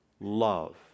love